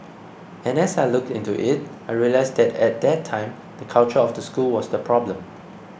and as I looked into it I realised that at that time the culture of the school was the problem